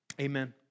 Amen